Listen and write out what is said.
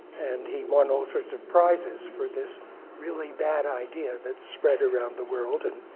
and he won all sorts of prizes for this really bad idea that spread around the world, and